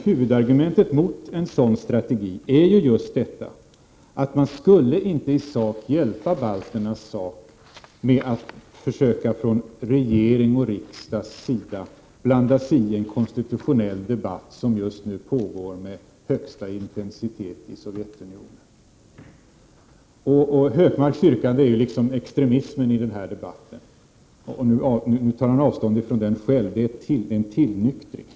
Huvudargumentet mot en sådan strategi är just detta att man inte skulle hjälpa balternas sak genom att från regering och riksdag försöka blanda sig i en konstitutionell debatt, som just nu pågår med högsta intensitet i Sovjetunionen. Gunnar Hökmarks yrkande är extremismen i den här debatten. Nu tar han avstånd från det själv — det är en tillnyktring.